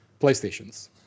Playstations